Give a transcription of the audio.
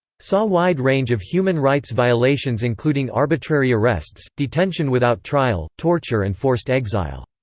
saw wide range of human rights violations including arbitrary arrests, detention without trial, torture and forced exile.